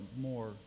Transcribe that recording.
more